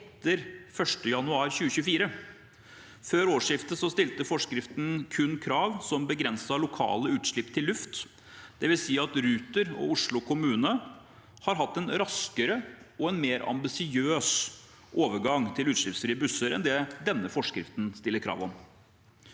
etter 1. januar 2024. Før årsskiftet stilte forskriften kun krav som begrenset lokale utslipp til luft. Det vil si at Ruter og Oslo kommune har hatt en raskere og mer ambisiøs overgang til utslippsfrie busser enn det denne forskriften stiller krav om.